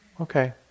Okay